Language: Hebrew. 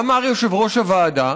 אמר יושב-ראש הוועדה,